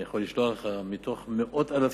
ואני יכול לשלוח לך, מתוך מאות-אלפים